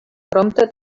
prompte